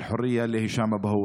אל-חרייה להישאם אבו הואש.